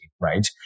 right